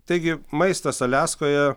taigi maistas aliaskoje